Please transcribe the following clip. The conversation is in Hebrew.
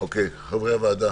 לכן הצענו מספר הצעות בעניין הזה.